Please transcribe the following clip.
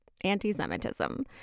anti-Semitism